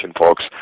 folks